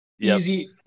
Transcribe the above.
easy